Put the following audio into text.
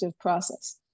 process